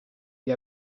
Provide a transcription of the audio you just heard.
gli